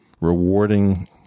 rewarding